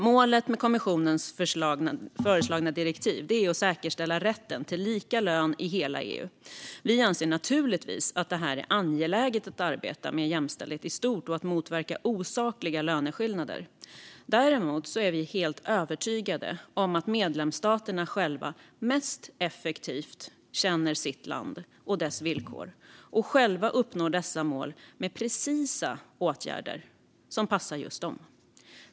Målet med kommissionens föreslagna direktiv är att säkerställa rätten till lika lön i hela EU. Vi anser naturligtvis att det är angeläget att arbeta med jämställdhet i stort och att motverka osakliga löneskillnader. Däremot är vi helt övertygade om att medlemsstaterna själva mest effektivt känner sitt land och dess villkor och själva uppnår dessa mål med precisa åtgärder som passar just dem.